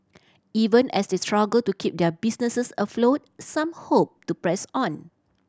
even as they struggle to keep their businesses afloat some hope to press on